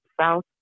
South